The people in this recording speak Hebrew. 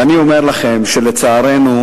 ואני אומר לכם שלצערנו,